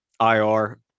IR